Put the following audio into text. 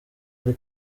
ari